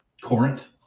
Corinth